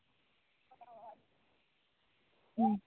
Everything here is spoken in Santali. ᱦᱩᱸ